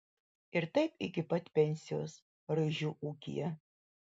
ir taip iki pat pensijos raižių ūkyje